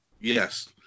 Yes